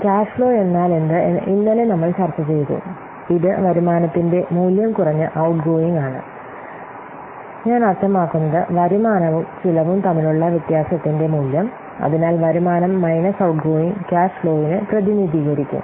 cash flow എന്നാൽ എന്ത് എന്ന് ഇന്നലെ നമ്മൾ ചർച്ചചെയ്തു ഇത് വരുമാനത്തിന്റെ മൂല്യംകുറഞ്ഞ ഔട്ട്ഗോയിംഗ് ആണ് ഞാൻ അർത്ഥമാക്കുന്നത് വരുമാനവും ചെലവും തമ്മിലുള്ള വ്യത്യാസത്തിന്റെ മൂല്യം അതിനാൽ വരുമാനം മൈനസ് ഔട്ട്ഗോയിംഗ് ക്യാഷ് ഫ്ലോവിനെ പ്രതിനിധീകരിക്കും